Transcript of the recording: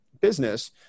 business